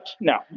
No